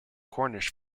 cornish